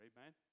Amen